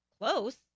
close